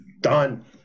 Done